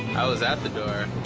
i was at the door.